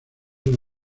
una